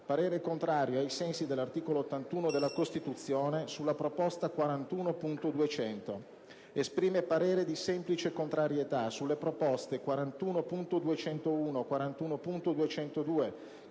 parere contrario, ai sensi dell'articolo 81 della Costituzione, sulla proposta 41.200. Esprime parere di semplice contrarietà sulle proposte 41.201, 41.202,